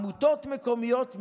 עמותות מקומיות,